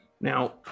Now